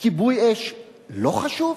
כיבוי אש, לא חשוב?